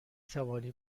توانی